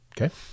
okay